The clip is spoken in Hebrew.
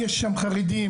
יש שם חרדים,